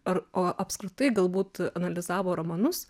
ar o apskritai galbūt analizavo romanus